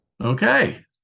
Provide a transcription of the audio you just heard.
Okay